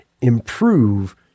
improve